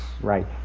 Right